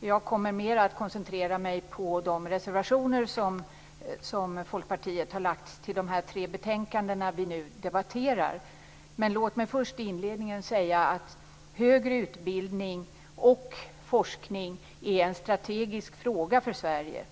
Jag kommer mer att koncentrera mig på de reservation som Folkpartiet har till de tre betänkanden som vi nu debatterar. Låt mig först i inledningen säga att högre utbildning och forskning är en strategisk fråga för Sverige.